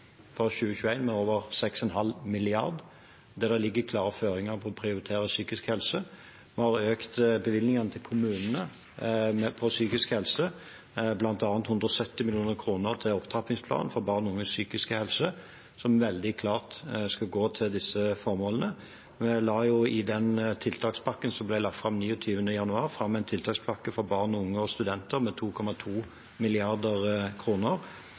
med over 6,5 mrd. kr, og det ligger klare føringer for å prioritere psykisk helse. Vi har også økt bevilgningene til psykisk helse i kommunene, bl.a. 170 mill. kr til opptrappingsplanen for barn og unges psykiske helse, som veldig klart skal gå til disse formålene. Jeg la 29. januar fram en tiltakspakke for barn, unge og studenter på 2,2